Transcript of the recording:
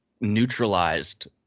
neutralized